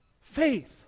Faith